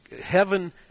heaven